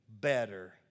better